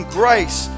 grace